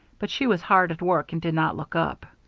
but she was hard at work and did not look up.